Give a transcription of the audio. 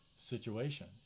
situation